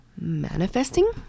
manifesting